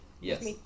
Yes